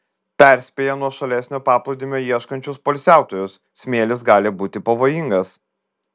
perspėja nuošalesnio paplūdimio ieškančius poilsiautojus smėlis gali būti pavojingas